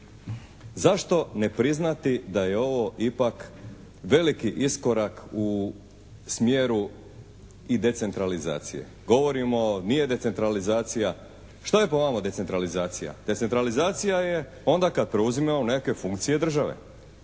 zašto ne priznati da je ovo ipak veliki iskorak u smjeru i decentralizacije? Govorimo nije decentralizacija. Što je po vama decentralizacija? Decentralizacija je onda kad preuzimaju neke funkcije države,